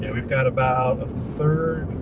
yeah we've got about a third,